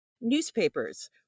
newspapers